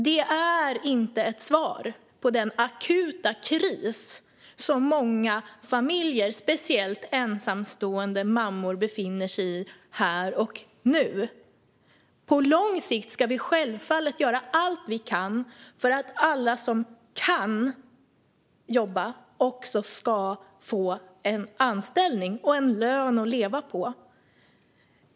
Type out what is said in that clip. Detta är inte ett svar på den akuta kris som många familjer, speciellt ensamstående mammor, befinner sig i här och nu. På lång sikt ska vi självfallet göra allt vi kan för att alla som kan jobba också ska få en anställning och en lön att leva på.